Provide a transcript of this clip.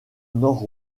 nord